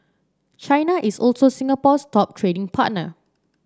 China is also Singapore's top trading partner